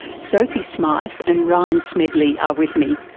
sophie smyth and ryan smedley are with me.